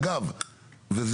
אני